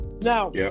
Now